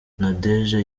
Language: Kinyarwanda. nadege